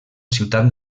ciutat